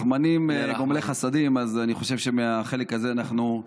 רחמנים וגומלי חסדים, ואני חושב שמהחלק הזה אנחנו,